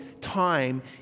time